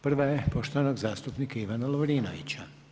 Prva je poštovanog zastupnika Ivana Lovrinovića.